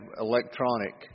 electronic